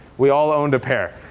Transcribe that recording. we all owned a pair.